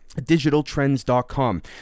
Digitaltrends.com